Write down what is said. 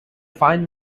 fine